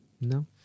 No